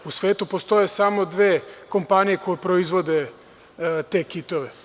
U svetu postoje samo dve kompanije koje proizvode te kitove.